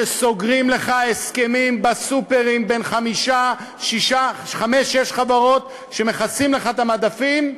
שסוגרים לך הסכמים בסופרים בין חמש-שש חברות שמכסות לך את המדפים,